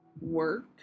work